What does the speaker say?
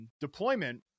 deployment